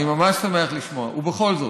אני ממש שמח לשמוע, ובכל זאת.